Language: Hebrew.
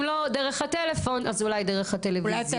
אם לא דרך הטלפון אז אולי דרך הטלוויזיה.